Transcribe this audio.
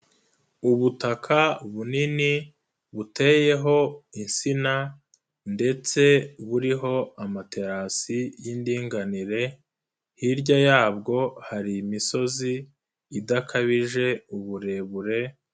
Ubutaka bunini buteyeho insina ndetse buriho amaterasi y'indinganire, hirya yabwo hari imisozi idakabije uburebure.